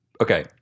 okay